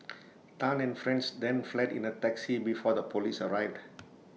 Tan and friends then fled in A taxi before the Police arrived